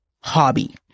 hobby